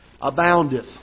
aboundeth